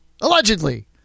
Allegedly